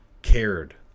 Cared